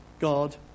God